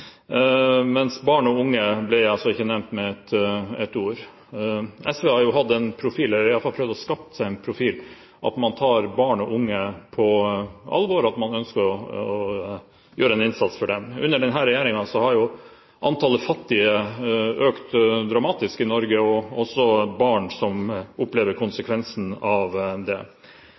mens barn og unge altså ikke ble nevnt med ett ord. SV har hatt – eller har prøvd å skape seg – en profil av at man tar barn og unge på alvor, at man ønsker å gjøre en innsats for dem. Under denne regjeringen har antallet fattige økt dramatisk i Norge, også barn som opplever konsekvensen av det,